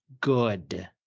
good